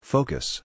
Focus